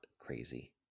crazy